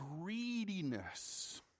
greediness